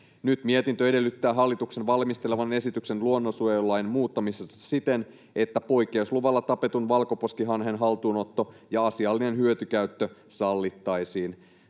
Nyt mietintö edellyttää hallituksen valmistelevan esityksen luonnonsuojelulain muuttamisesta siten, että poikkeusluvalla tapetun valkoposkihanhen haltuunotto ja asiallinen hyötykäyttö sallittaisiin.